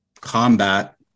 combat